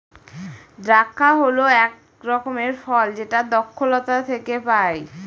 দ্রাক্ষা হল এক রকমের ফল যেটা দ্রক্ষলতা থেকে পায়